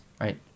right